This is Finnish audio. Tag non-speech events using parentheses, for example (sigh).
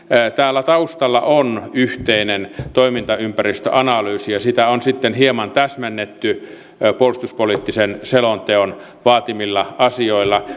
taustalla on yhteinen toimintaympäristöanalyysi ja sitä on hieman täsmennetty puolustuspoliittisen selonteon vaatimilla asioilla (unintelligible)